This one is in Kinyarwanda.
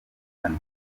kane